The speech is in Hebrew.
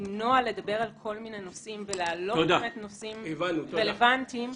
לא למנוע מלדבר על כל מיני נושאים ולהעלות נושאים רלוונטיים --- הבנו,